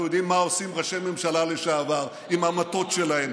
אנחנו יודעים מה עושים ראשי ממשלה לשעבר עם המטות שלהם,